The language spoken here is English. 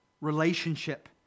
relationship